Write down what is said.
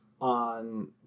on